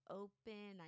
open